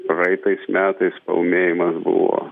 praeitais metais paūmėjimas buvo